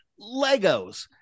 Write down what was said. Legos